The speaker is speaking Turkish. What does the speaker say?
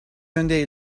yönde